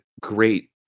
great